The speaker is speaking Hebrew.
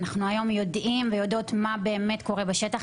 היום אנחנו יודעים מה קורה בשטח באמת,